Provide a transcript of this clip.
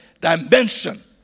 dimension